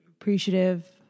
appreciative